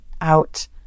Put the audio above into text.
out